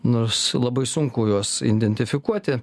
nors labai sunku juos identifikuoti